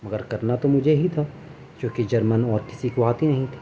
مگر کرنا تو مجھے ہی تھا کیوںکہ جرمن اور کسی کو آتی نہیں تھی